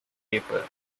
paper